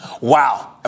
Wow